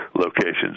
locations